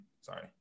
Sorry